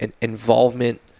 involvement